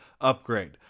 upgrade